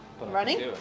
running